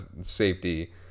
safety